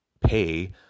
pay